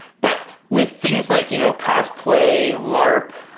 but with things like you know cosplay, larp,